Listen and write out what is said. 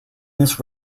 this